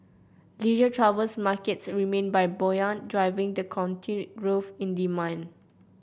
leisure travel markets remained buoyant driving the continued growth in demand